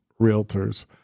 Realtors